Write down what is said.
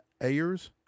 Ayers